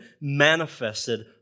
manifested